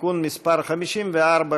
(תיקון מס' 54),